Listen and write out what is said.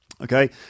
okay